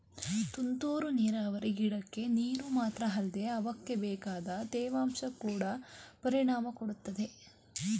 ತುಂತುರು ನೀರಾವರಿ ಗಿಡಕ್ಕೆ ನೀರು ಮಾತ್ರ ಅಲ್ದೆ ಅವಕ್ಬೇಕಾದ ತೇವಾಂಶ ಕೊಡ ಪರಿಣಾಮ ಕೊಡುತ್ತೆ